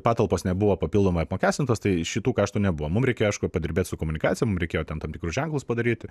patalpos nebuvo papildomai apmokestintos tai šitų karštų nebuvo mum reikėjo aišku padirbėti su komunikacija mum reikėjo tam tam tikrus ženklus padaryti